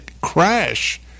crash